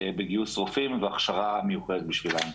בגיוס רופאים והכשרה מיוחדת בשבילם.